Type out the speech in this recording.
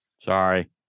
Sorry